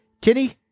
kenny